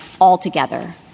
altogether